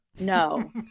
no